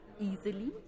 easily